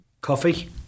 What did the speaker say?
Coffee